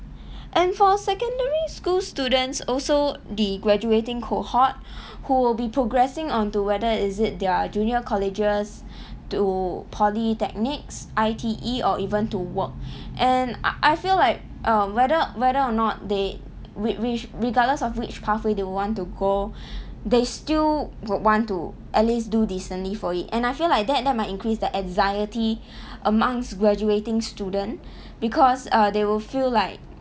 and for secondary school students also the graduating cohort who will be progressing onto whether is it their junior colleges to polytechnics I_T_E or even to work and uh I feel like uh whether whether or not they whi~ which regardless of which pathway they would want to go they still would want to at least do decently for it and I feel like that that might increase the anxiety amongst graduating student because err they will feel like